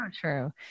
true